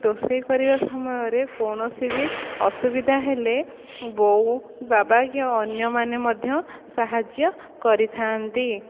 ରୋଷେଇ କରିବା ସମୟରେ କୌଣସି ବି ଅସୁବିଧା ହେଲେ ବୋଉ ବାବା କି ଅନ୍ୟମାନେ ମଧ୍ୟ ସାହାଯ୍ୟ କରିଥାନ୍ତି